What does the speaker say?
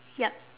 yup